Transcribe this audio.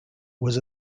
was